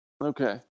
Okay